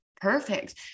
Perfect